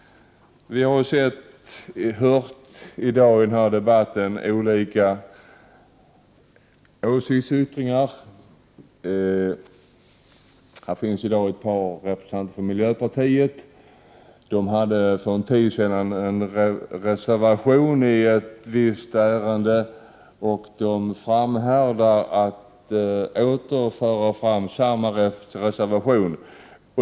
Vi har nu i den här debatten hört olika åsiktsyttringar. Här finns i dag ett par representanter för miljöpartiet. De hade för en tid sedan en reservation i ett visst ärende, och de framhärdar och återkommer med samma reservation.